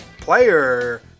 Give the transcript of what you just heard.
player